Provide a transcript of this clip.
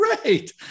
great